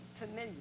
familiar